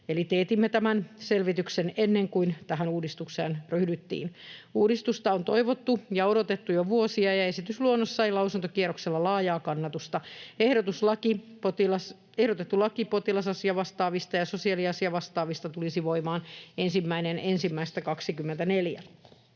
teetimme tämän selvityksen ennen kuin tähän uudistukseen ryhdyttiin. Uudistusta on toivottu ja odotettu jo vuosia, ja esitysluonnos sai lausuntokierroksella laajaa kannatusta. Ehdotettu laki potilas-asiavastaavista ja sosiaaliasiavastaavista tulisi voimaan 1.1.24.